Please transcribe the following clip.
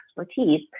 expertise